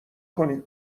کنی